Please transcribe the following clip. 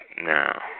No